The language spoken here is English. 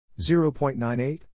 0.98